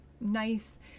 nice